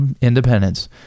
independence